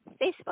Facebook